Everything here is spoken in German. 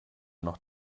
noch